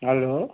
hello